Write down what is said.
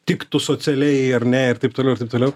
tiktų socialiai ar ne ir taip toliau ir taip toliau